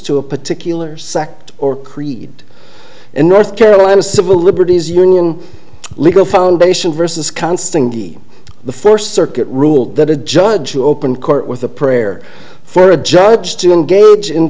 to a particular sect or creed and north carolina civil liberties union legal foundation vs constantly the first circuit ruled that a judge open court with a prayer for a judge to engage in